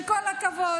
עם כל הכבוד,